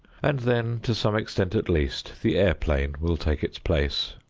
and then to some extent at least the airplane will take its place.